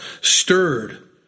stirred